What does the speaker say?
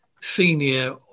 senior